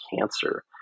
cancer